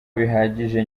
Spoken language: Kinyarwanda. bihagije